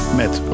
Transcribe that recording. met